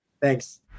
Thanks